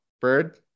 Bird